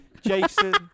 Jason